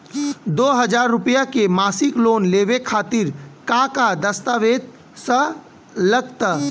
दो हज़ार रुपया के मासिक लोन लेवे खातिर का का दस्तावेजऽ लग त?